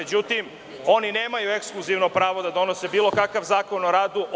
Međutim, oni nemaju ekskluzivno pravo da donose bilo kakav Zakon o radu.